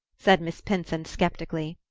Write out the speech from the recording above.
said miss pinsent skeptically.